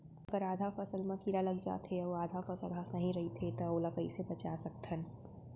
अगर आधा फसल म कीड़ा लग जाथे अऊ आधा फसल ह सही रइथे त ओला कइसे बचा सकथन?